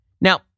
Now